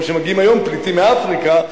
כמו שמגיעים היום פליטים מאפריקה,